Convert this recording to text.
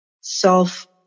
self